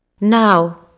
Now